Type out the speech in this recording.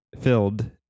filled